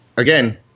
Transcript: again